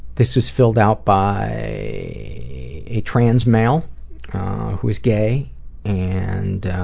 this is filled out by a trans-male who is gay and